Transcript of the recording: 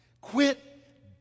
quit